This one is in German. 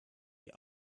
die